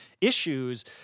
issues